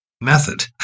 method